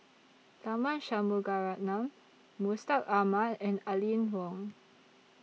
Tharman Shanmugaratnam Mustaq Ahmad and Aline Wong